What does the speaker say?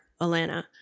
Alana